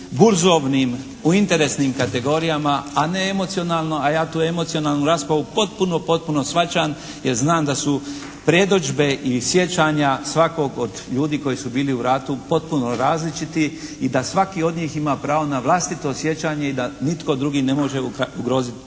u burzovnim, u interesnim kategorijama a ne emocionalno, a ja tu emocionalnu raspravu potpuno, potpuno shvaćam jer znam da su predodžbe i sjećanja svakog od ljudi koji su bili u ratu potpuno različiti i da svaki od njih ima pravo na vlastito sjećanje i da nitko drugi ne može ugroziti